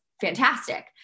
fantastic